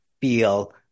feel